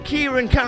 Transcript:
Kieran